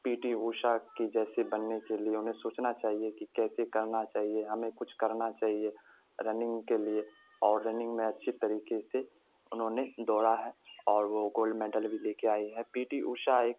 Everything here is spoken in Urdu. پی ٹی اوشا کی جیسے بننے کے لیے انہیں سوچنا چاہیے کہ کیسے کرنا چاہیے ہمیں کچھ کرنا چاہیے رننگ کے لیے اور رننگ میں اچھی طریقے سے انہوں نے دوڑا ہے اور وہ گولڈ میڈل بھی لے کے آئی ہے پی ٹی اوشا ایک